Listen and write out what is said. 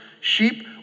Sheep